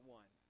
one